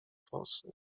fosy